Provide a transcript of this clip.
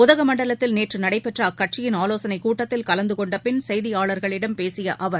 உதகமண்டலத்தில் நேற்றுநடைபெற்றஅக்கட்சியின் ஆலோசனைக் கூட்டத்தில் கல்ந்துகொண்டபின் செய்தியாளர்களிடம் பேசியஅவர்